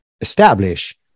establish